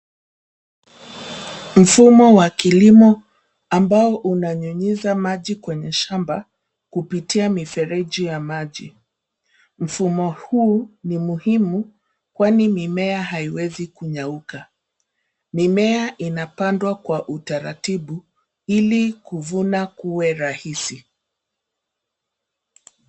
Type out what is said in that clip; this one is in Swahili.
Mfumo wa kilimo ambao unanyinyiza maji kwenye shamba kupitia mifereji ya maji. Mfumo huu ni muhimu, kwani mimea haiwezi kunyauka. Mimea hupandwa kwa utaratibu, ili kuvuna kuwe rahisi.